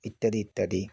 ইত্যাদি ইত্যাদি